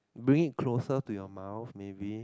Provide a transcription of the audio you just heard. make it closer to your mouth maybe